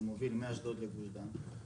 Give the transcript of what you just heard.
שמוביל מאשדוד לגוש דן?